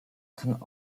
kann